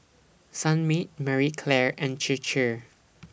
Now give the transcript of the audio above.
Sunmaid Marie Claire and Chir Chir